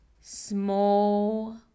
small